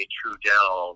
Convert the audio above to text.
Trudell